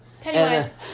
Pennywise